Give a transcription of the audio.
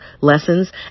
lessons